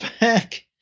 back